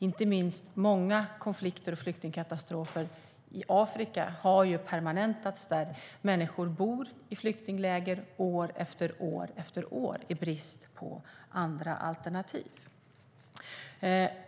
Inte minst i Afrika har många konflikter och flyktingkatastrofer permanentats, och människor bor i flyktingläger år efter år i brist på andra alternativ.